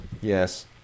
Yes